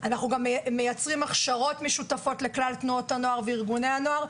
אנחנו גם מייצרים הכשרות משותפות לכלל תנועות הנוער וארגוני הנוער.